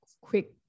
quick